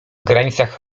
granicach